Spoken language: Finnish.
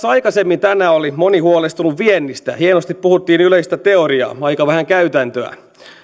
aikaisemmin tänään oli moni huolestunut viennistä hienosti puhuttiin yleistä teoriaa aika vähän käytäntöä